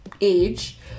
age